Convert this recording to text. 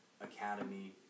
Academy